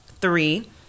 Three